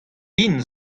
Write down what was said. bihan